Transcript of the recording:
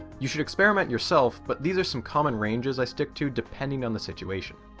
you should experiment yourself, but these are some common ranges i stick to depending on the situation.